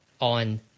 on